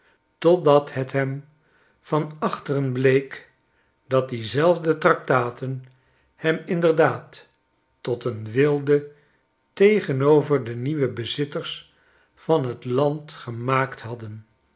totdat het hem van achteren bleek dat diezelfde tractaten hem inderdaad tot een wilde tegenover de nieuwe bezitters van t land gemaakt hadden